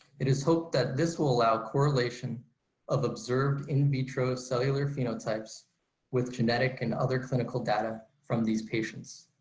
it is hoped that this will allow correlation of observed in vitro cellular phenotypes with genetic and other clinical data from these patients.